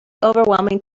overwhelming